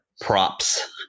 props